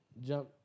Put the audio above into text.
jump